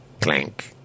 clank